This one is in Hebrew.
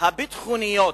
הביטחוניים